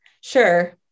sure